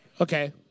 Okay